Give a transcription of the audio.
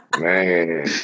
Man